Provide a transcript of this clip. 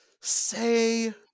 Say